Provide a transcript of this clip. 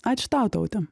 ačiū tau taute